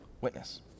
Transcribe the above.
witness